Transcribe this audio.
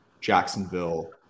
Jacksonville